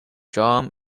john